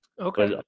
Okay